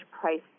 price